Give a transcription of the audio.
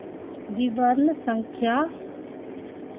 विवरण संख्या